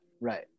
Right